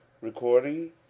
Recording